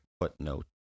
footnote